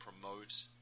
promote